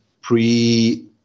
pre